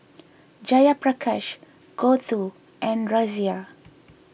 Jayaprakash Gouthu and Razia